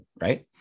right